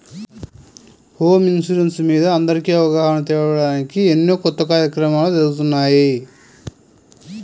home insurance మీద అందరికీ అవగాహన తేవడానికి ఎన్నో కొత్త కార్యక్రమాలు జరుగుతున్నాయి